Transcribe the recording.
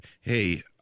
hey